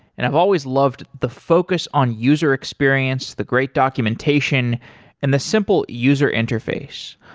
and i've always loved the focus on user experience, the great documentation and the simple user interface.